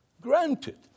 Granted